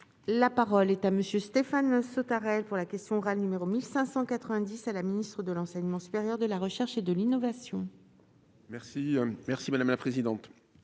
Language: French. La parole est à monsieur Stéphane ce pour la question orale numéro 1590 à la ministre de l'enseignement supérieur de la recherche et de l'innovation. Merci, merci, madame la présidente,